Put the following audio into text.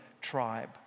tribe